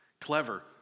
clever